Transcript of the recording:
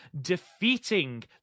defeating